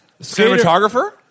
cinematographer